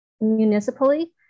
municipally